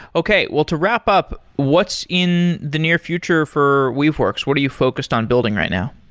okay, well to wrap-up, what's in the near future for weaveworks? what are you focused on building right now?